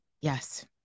Yes